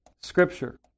scripture